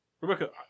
Rebecca